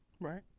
Right